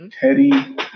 Teddy